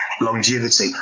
longevity